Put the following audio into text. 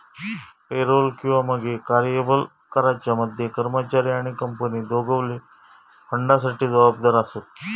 payroll किंवा मगे कर्यबल कराच्या मध्ये कर्मचारी आणि कंपनी दोघवले फंडासाठी जबाबदार आसत